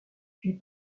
puis